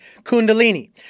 kundalini